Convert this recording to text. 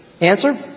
Answer